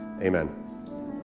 Amen